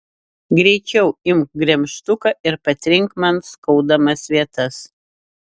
greičiau imk gremžtuką ir patrink man skaudamas vietas